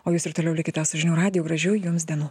o jūs ir toliau likite su žinių radiju gražių jums dienų